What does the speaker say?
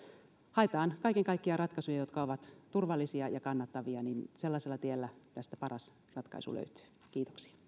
haetaan kaiken kaikkiaan ratkaisuja jotka ovat turvallisia ja kannattavia niin sellaisella tiellä tästä paras ratkaisu löytyy kiitoksia